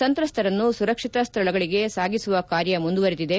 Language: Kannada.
ಸಂತ್ರಸ್ತರನ್ನು ಸುರಕ್ಷಿತ ಸ್ಥಳಗಳಿಗೆ ಸಾಗಿಸುವ ಕಾರ್ಯ ಮುಂದುವರೆದಿದೆ